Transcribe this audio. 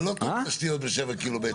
זה תיאום תשתיות ב-7 ק"מ.